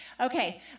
okay